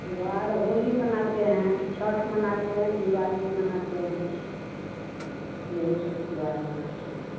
त्यौहार होली मनाते हैं छठ मनाते हैं दिवाली मनाते हैं यही सब त्यौहार मनाते हैं